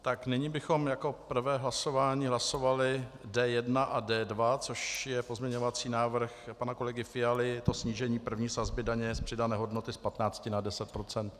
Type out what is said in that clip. Tak nyní bychom jako prvé hlasování hlasovali D 1 a D 2, což je pozměňovací návrh pana kolegy Fialy, je to snížení první sazby daně z přidané hodnoty z 15 na 10 %.